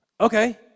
Okay